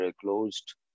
closed